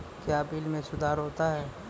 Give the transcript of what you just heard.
क्या बिल मे सुधार होता हैं?